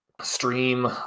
stream